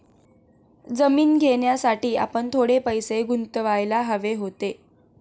जमीन घेण्यासाठी आपण थोडे पैसे गुंतवायला हवे होते